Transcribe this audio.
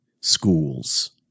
schools